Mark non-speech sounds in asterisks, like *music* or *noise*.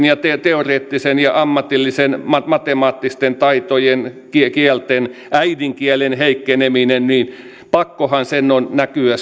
*unintelligible* ja teoreettisen ja ammatillisen opetuksen matemaattisten taitojen kielten ja äidinkielen heikkeneminen pakkohan sen on näkyä *unintelligible*